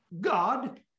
God